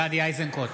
(קורא בשמות